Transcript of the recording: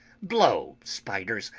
blow spiders!